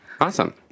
Awesome